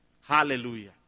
Hallelujah